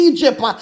Egypt